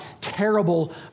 terrible